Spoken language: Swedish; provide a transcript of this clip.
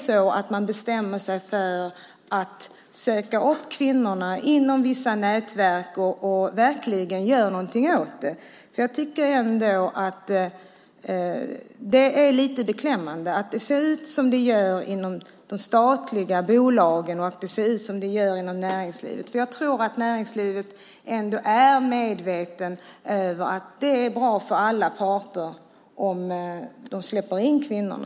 Man kan bestämma sig för att sätta kvinnor inom vissa nätverk och verkligen göra någonting åt det. Det är lite beklämmande att det ser ut som det gör inom de statliga bolagen och inom näringslivet. Jag tror att näringslivet ändå är medvetet om att det är bra för alla parter om det släpper in kvinnorna.